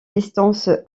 distances